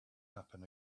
happen